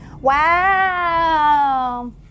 Wow